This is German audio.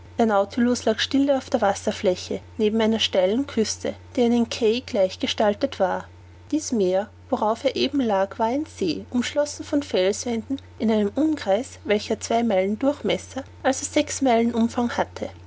lag stille auf der wasserfläche neben einer steilen küste die einem quai gleich gestaltet war dies meer worauf er eben lag war ein see umschlossen von felswänden in einem umkreis welcher zwei meilen durchmesser also sechs meilen umfang hatte